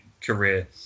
career